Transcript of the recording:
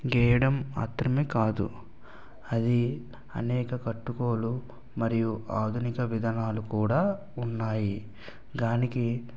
గీయడం మాత్రమే కాదు అది అనేక కట్టుగోలు మరియు ఆధునిక విధానాలు కూడా ఉన్నాయి దానికి